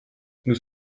nous